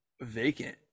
vacant